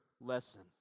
lesson